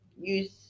use